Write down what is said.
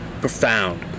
Profound